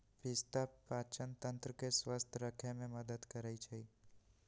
पिस्ता पाचनतंत्र के स्वस्थ रखे में मदद करई छई